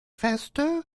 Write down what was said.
feste